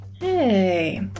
Hey